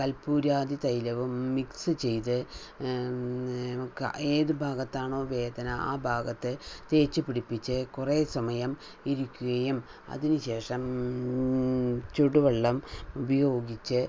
കൽപ്പൂരാതി തൈലവും മിക്സ് ചെയ്ത് ഏത് ഭാഗത്താണോ വേദന ആ ഭാഗത്ത് തേച്ചു പിടിപ്പിച്ച് കുറേ സമയം ഇരിക്കുകയും അതിനുശേഷം ചൂടുവെള്ളം ഉപയോഗിച്ച്